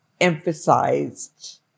emphasized